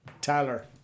Tyler